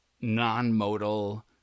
non-modal